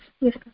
Yes